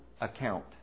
account